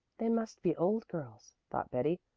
they must be old girls, thought betty,